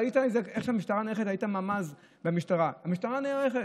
ראית איך המשטרה נערכת?